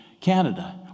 Canada